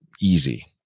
easy